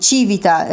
Civita